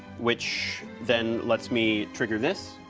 which then lets me trigger this,